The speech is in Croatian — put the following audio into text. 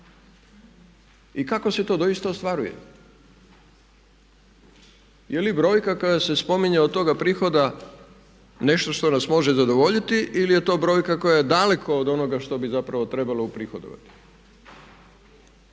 i kako se to doista ostvaruje. Je li brojka koja se spominje od toga prihoda nešto što nas može zadovoljiti ili je to brojka koja je daleko od onoga što bi zapravo trebalo uprihodovati?